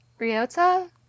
Ryota